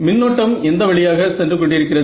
மின்னோட்டம் எந்த வழியாக சென்று கொண்டிருக்கிறது